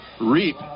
Reap